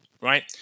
right